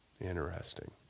interesting